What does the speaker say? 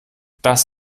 das